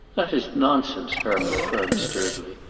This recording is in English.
that is nonsense, herman affirmed, sturdily.